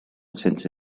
since